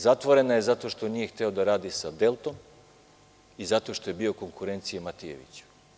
Zatvorena je zato što nije hteo da radi sa „Deltom“ i zato što je bio konkurencija „Matijeviću“